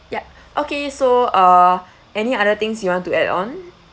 yup okay so uh any other things you want to add on